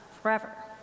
forever